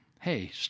hey